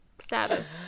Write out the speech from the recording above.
status